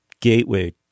gateway